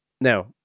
Now